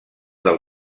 del